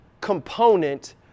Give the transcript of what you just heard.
component